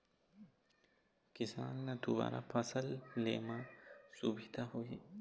किसान ल दुबारा फसल ले म सुभिता होही